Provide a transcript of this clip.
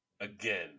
again